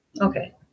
Okay